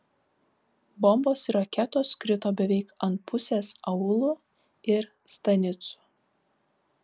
bombos ir raketos krito beveik ant pusės aūlų ir stanicų